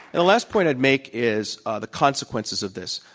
the last point i'd make is the consequences of this.